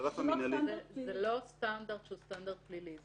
זה לא סטנדרט שהוא סטנדרט פלילי,